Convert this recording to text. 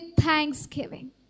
thanksgiving